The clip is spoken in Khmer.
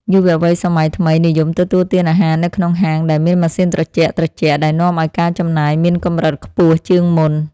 យុវវ័យសម័យថ្មីនិយមទទួលទានអាហារនៅក្នុងហាងដែលមានម៉ាស៊ីនត្រជាក់ៗដែលនាំឱ្យការចំណាយមានកម្រិតខ្ពស់ជាងមុន។